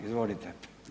Izvolite.